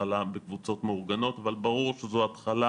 בהתחלה בקבוצות מאורגנות, אבל ברור שזו התחלה